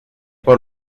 por